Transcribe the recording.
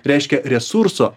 reiškia resurso